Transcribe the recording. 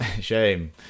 Shame